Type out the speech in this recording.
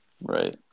Right